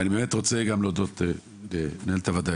ואני באמת רוצה גם להודות למנהלת הוועדה,